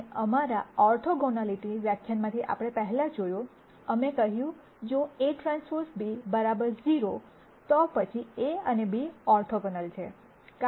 અને અમારા ઓર્થોગોનિલિટી વ્યાખ્યાનમાંથી આપણે પહેલાં જોયું અમે કહ્યું જો Aᵀ b 0 તો પછી a અને b ઓર્થોગોનલ છે